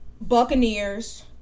Buccaneers